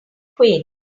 quaint